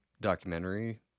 documentary